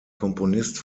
komponist